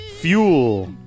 fuel